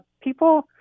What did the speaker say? People